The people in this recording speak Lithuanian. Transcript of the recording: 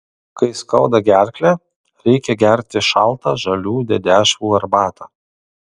kai skauda gerklę reikia gerti šaltą žalių dedešvų arbatą